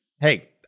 hey